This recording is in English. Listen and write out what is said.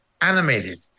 Animated